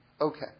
Okay